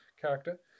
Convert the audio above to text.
character